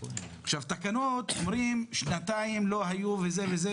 לגבי התקנות אומרים שבמשך שנתיים לא הייתה ממשלה,